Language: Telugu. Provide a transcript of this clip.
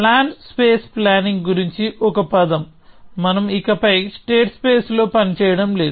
ప్లాన్ స్పేస్ ప్లానింగ్ గురించి ఒక పదం మనం ఇకపై స్టేట్స్ స్పేస్ లో పనిచేయడం లేదు